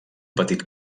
petit